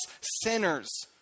sinners